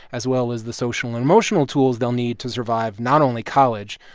as well as the social and emotional tools they'll need to survive not only college,